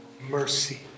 mercy